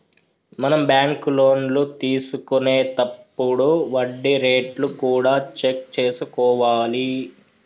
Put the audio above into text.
మనం బ్యాంకు లోన్లు తీసుకొనేతప్పుడు వడ్డీ రేట్లు కూడా చెక్ చేసుకోవాలి